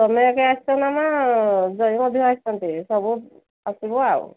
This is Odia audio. ତୁମେ ଏକା ଆସିଛ ନା ମା ଜୁଆଇଁ ମଧ୍ୟ ଆସିଛନ୍ତି ସବୁ ଆସିବ ଆଉ